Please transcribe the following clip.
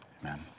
amen